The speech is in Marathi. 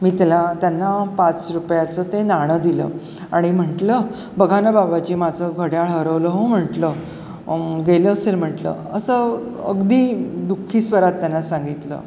मी त्याला त्यांना पाच रुपयाचं ते नाणं दिलं आणि म्हटलं बघा ना बाबाजी माझं घड्याळ हरवलं हो म्हटलं गेलं असेल म्हटलं असं अगदी दुःखी स्वरात त्यांना सांगितलं